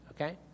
okay